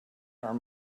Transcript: are